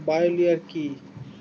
Bio lure কি?